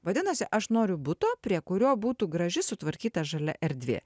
vadinasi aš noriu buto prie kurio būtų graži sutvarkyta žalia erdvė